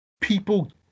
people